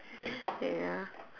ya